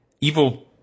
Evil